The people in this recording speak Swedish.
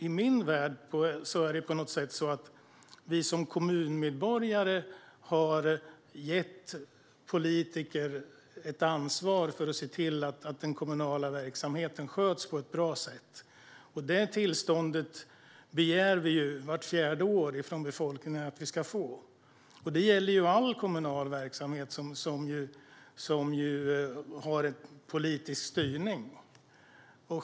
I min värld har vi som kommunmedborgare gett politiker ett ansvar att se till att den kommunala verksamheten sköts på ett bra sätt. Detta tillstånd begär vi att få från befolkningen vart fjärde år. Och det här gäller all kommunal verksamhet som har en politisk styrning.